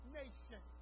nation